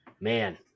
Man